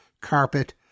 carpet